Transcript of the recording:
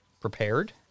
prepared